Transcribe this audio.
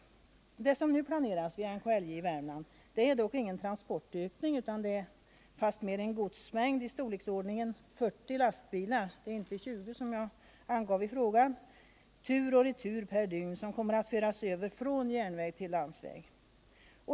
Det som nu planeras vid NKLJ i Värmland är dock ingen transportökning utan fastmer att en godsmängd i storleksordningen 40 lastbilstransporter — Nr 37 inte 20, som jag angav i frågan — tur och retur per dygn kommer att föras över från järnväg till landsväg.